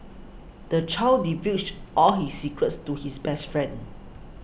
the child divulged all his secrets to his best friend